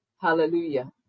Hallelujah